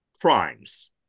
crimes